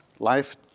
Life